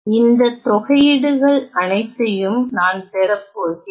இந்த தொகையீடுகள் அனைத்தையும் நான் பெறப்போகிறேன்